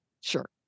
Sure